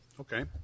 Okay